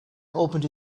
opened